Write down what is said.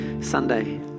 Sunday